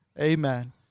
Amen